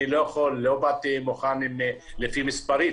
לא באתי מוכן מספרית,